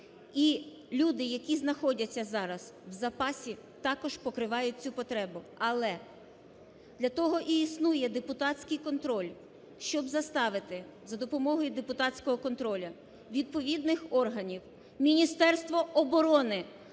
І люди, які знаходяться зараз в запасі, також покривають цю потребу. Але для того і існує депутатський контроль, щоб заставити за допомогою депутатського контролю відповідних органів Міністерства оборони